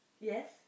Yes